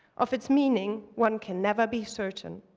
of its meaning, one can never be certain.